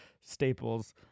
staples